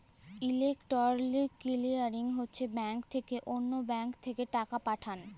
electronic clearing হছে bank থ্যাকে অল্য ব্যাংকে টাকা পাঠাল